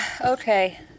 Okay